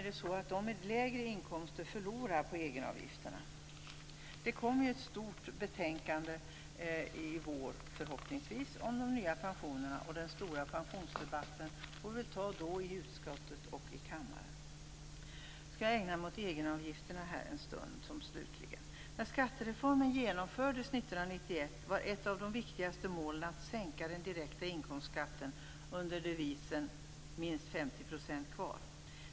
De med lägre inkomster förlorar dessutom på egenavgifterna. Det kommer förhoppningsvis ett omfattande betänkande i vår om de nya pensionerna. Vi får ta den stora pensionsdebatten i utskottet och i kammaren då. Jag skall slutligen ägna mig åt egenavgifterna en stund. När skattereformen genomfördes 1991 var ett av de viktigaste målen att sänka den direkta inkomstskatten under devisen "minst 50 % kvar".